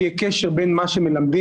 שיהיה קשר בין מה שמלמדים,